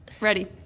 Ready